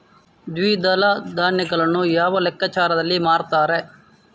ದ್ವಿದಳ ಧಾನ್ಯಗಳನ್ನು ಯಾವ ಲೆಕ್ಕಾಚಾರದಲ್ಲಿ ಮಾರ್ತಾರೆ?